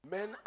Men